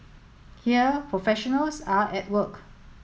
here professionals are at work